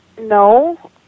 no